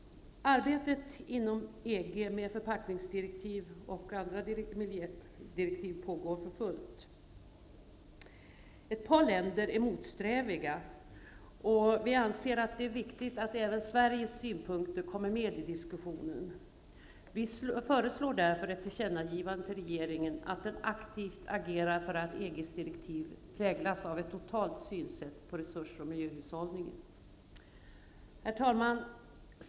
Arbetet med förpackningsdirektiv och andra miljödirektiv pågår för fullt inom EG. Ett par länder är motsträviga. Vi anser att det är viktigt att även Sveriges synpunkter kommer med i diskussionen. Vi föreslår därför ett tillkännagivande till regeringen om att den aktivt agerar för att EG:s direktiv präglas av ett totalt synsätt på resurser och miljöhushållning. Herr talman!